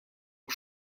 aux